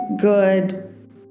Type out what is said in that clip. good